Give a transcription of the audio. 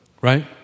Right